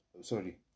sorry